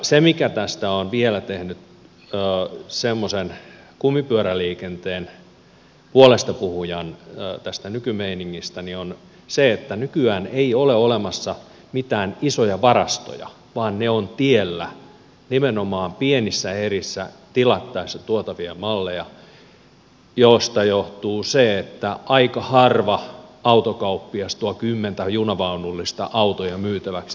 se mikä on vielä tehnyt semmoisen kumipyöräliikenteen puolestapuhujan tästä nykymeiningistä on se että nykyään ei ole olemassa mitään isoja varastoja vaan ne ovat tiellä nimenomaan pienissä erissä tilattaessa tuotavia malleja mistä johtuu se että aika harva autokauppias tuo kymmentä junavaunullista autoja myytäväksi tilauksesta